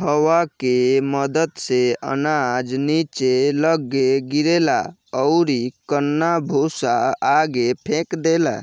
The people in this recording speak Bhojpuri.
हवा के मदद से अनाज निचे लग्गे गिरेला अउरी कन्ना भूसा आगे फेंक देला